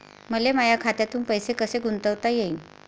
मले माया खात्यातून पैसे कसे गुंतवता येईन?